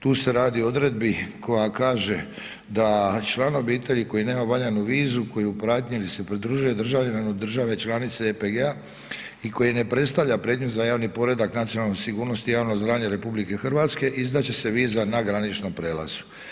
Tu se radi o odredbi koja kaže da član obitelji koji nema valjanu vizu koji je u pratnji ili se pridružuje državljaninu države članice EPG-a i koji ne predstavlja prijetnju za javni poredak, nacionalnu sigurnost i javno zdravlje RH izdat će se viza na graničnom prelazu.